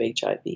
HIV